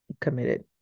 committed